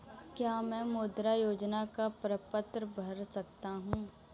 क्या मैं मुद्रा योजना का प्रपत्र भर सकता हूँ?